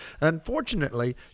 Unfortunately